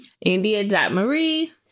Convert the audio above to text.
India.Marie